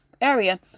area